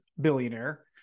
billionaire